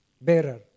bearer